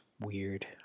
weird